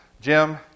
Jim